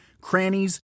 crannies